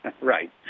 Right